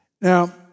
Now